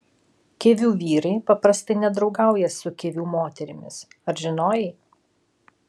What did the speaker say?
kivių vyrai paprastai nedraugauja su kivių moterimis ar žinojai